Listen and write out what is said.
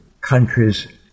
countries